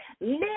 Live